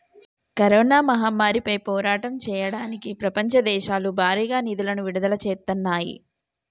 corona మహమ్మారిపై పోరాటం చెయ్యడానికి ప్రపంచ దేశాలు భారీగా నిధులను విడుదల చేత్తన్నాయి